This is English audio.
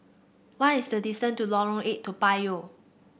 what is the distance to Lorong Eight Toa Payoh